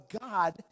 God